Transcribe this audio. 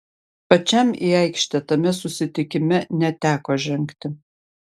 pačiam į aikštę tame susitikime neteko žengti